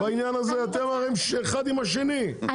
אתם הרי אחד עם השני,